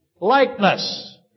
likeness